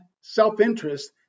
self-interest